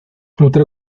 otra